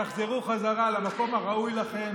תחזרו חזרה למקום הראוי לכם,